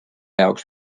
jaoks